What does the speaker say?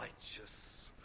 righteous